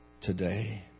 today